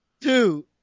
Two